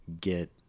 get